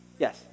Yes